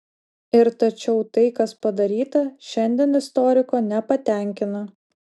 ir tačiau tai kas padaryta šiandien istoriko nepatenkina